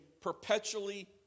perpetually